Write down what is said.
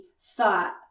thought